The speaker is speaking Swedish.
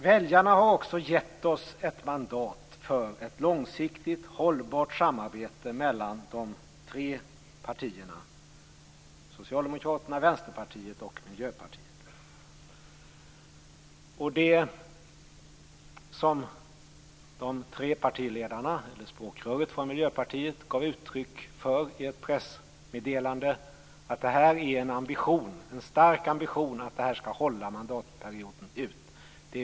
Väljarna har också gett oss ett mandat för ett långsiktigt, hållbart samarbete mellan de tre partierna Partiledarna och språkröret från Miljöpartiet gav uttryck för i ett pressmeddelande att det finns en stark ambition att samarbetet skall hålla mandatperioden ut.